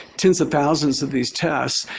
tens of thousands of these tests,